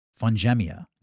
fungemia